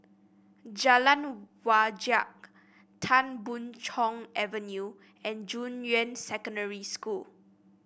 Jalan Wajek Tan Boon Chong Avenue and Junyuan Secondary School